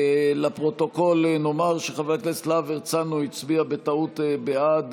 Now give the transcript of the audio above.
לפרוטוקול נאמר שחבר הכנסת להב הרצנו הצביע בטעות בעד,